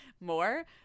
more